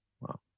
Wow